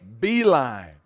Beeline